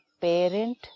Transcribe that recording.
parent